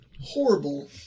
Horrible